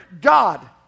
God